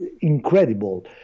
incredible